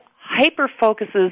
hyper-focuses